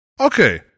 Okay